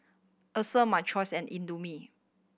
Acer My Choice and Indomie